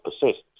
persists